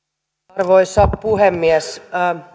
arvoisa puhemies